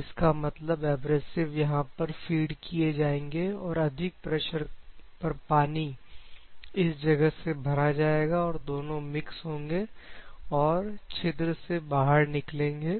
इसका मतलब एब्रेसिव यहां पर फीड किए जाएंगे और अधिक प्रेशर पर पानी इस जगह से भरा जाएगा और दोनों मिक्स होंगे और छिद्र से बाहर निकलेंगे